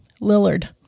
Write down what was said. Lillard